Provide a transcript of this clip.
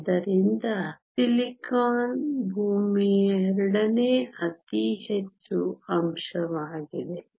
ಆದ್ದರಿಂದ ಸಿಲಿಕಾನ್ ಭೂಮಿಯ ಎರಡನೇ ಅತಿ ಹೆಚ್ಚು ಅಂಶವಾಗಿದೆ